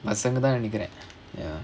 பசங்கதா நினைக்குறேன்:pasangathaa ninaikkuraen ya